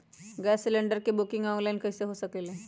Gas cylinder के booking online कईसे हो सकलई ह?